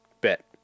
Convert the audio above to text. Bet